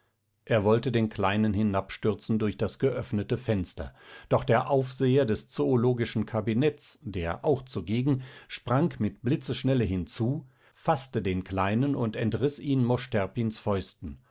er wollte den kleinen hinabstürzen durch das geöffnete fenster doch der aufseher des zoologischen kabinetts der auch zugegen sprang mit blitzesschnelle hinzu faßte den kleinen und entriß ihn mosch terpins fäusten